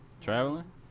traveling